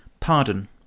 Pardon